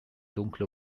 dunkle